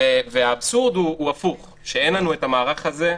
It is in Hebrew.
האבסורד הוא הפוך, שאין לנו את המערך הזה.